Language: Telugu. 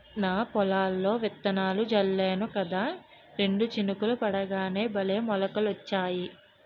నా పొలంలో విత్తనాలు జల్లేను కదా రెండు చినుకులు పడగానే భలే మొలకలొచ్చాయి